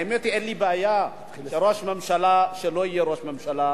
האמת היא שאין לי בעיה שראש הממשלה לא יהיה ראש הממשלה,